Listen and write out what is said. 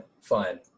fine